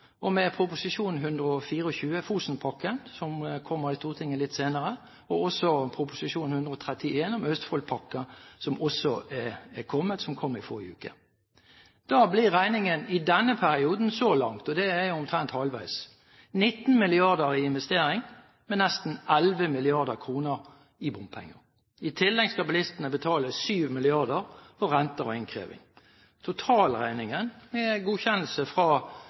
som kommer i Stortinget litt senere, og med Prop. 131 S om Østfoldpakka, som kom i forrige uke. Da blir regningen i denne perioden så langt, og det er omtrent halvveis, 19 mrd. kr i investering, med nesten 11 mrd. kr i bompenger. I tillegg skal bilistene betale 7 mrd. kr for renter og innkreving. Totalt, med godkjennelse fra